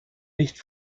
nicht